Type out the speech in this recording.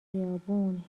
خیابون